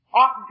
off